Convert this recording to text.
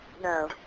No